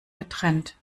getrennt